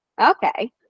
Okay